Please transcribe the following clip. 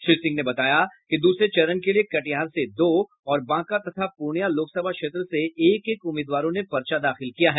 श्री सिंह ने बताया है कि द्रसरे चरण के लिए कटिहार से दो और बांका तथा पूर्णिया लोकसभा क्षेत्र से एक एक उम्मीदवारों ने पर्चा दाखिल किया है